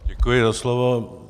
Děkuji za slovo.